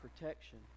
protection